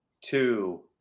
two